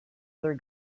other